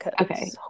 okay